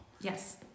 Yes